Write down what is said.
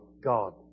God